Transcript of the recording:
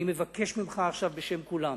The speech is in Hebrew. אני מבקש ממך עכשיו בשם כולם: